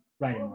right